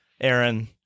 Aaron